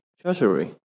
treasury